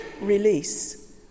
release